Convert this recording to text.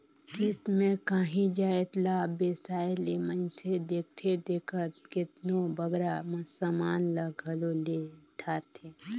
किस्त में कांही जाएत ला बेसाए ले मइनसे देखथे देखत केतनों बगरा समान ल घलो ले धारथे